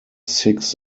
six